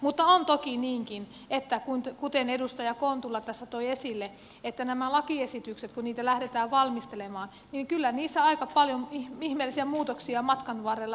mutta on toki niinkin kuten edustaja kontula tässä toi esille että kun näitä lakiesityksiä lähdetään valmistelemaan niin kyllä niissä aika paljon ihmeellisiä muutoksia matkan varrella tahtoo tapahtua